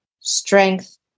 strength